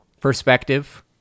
perspective